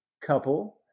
couple